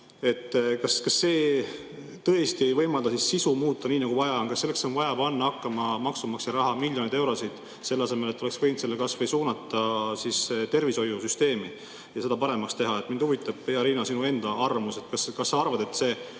Kas siis tõesti ei ole võimalik sisu muuta, nii nagu vaja on? Kas selleks on vaja panna hakkama maksumaksja raha miljoneid eurosid, selle asemel et oleks võinud selle kas või suunata tervishoiusüsteemi ja seda paremaks teha? Mind huvitab, Riina, sinu enda arvamus. Kas sa arvad, et see